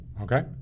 Okay